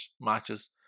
matches